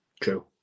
True